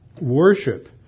worship